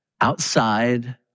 outside